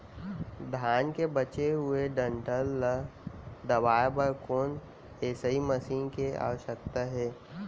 धान के बचे हुए डंठल ल दबाये बर कोन एसई मशीन के आवश्यकता हे?